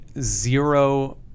zero